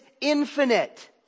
infinite